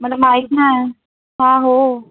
मला माहीत नाही हां हो